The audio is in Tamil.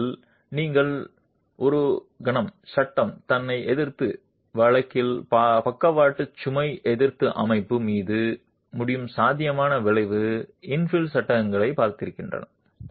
ஏனெனில் நீங்கள் ஒரு கணம் சட்ட தன்னை எதிர்த்து வழக்கில் பக்கவாட்டு சுமை எதிர்த்து அமைப்பு மீது முடியும் சாத்தியமான விளைவு இன்ஃபில் சட்டங்கள் பார்த்திருக்கிறேன்